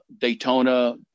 Daytona